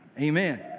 Amen